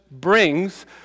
brings